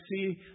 see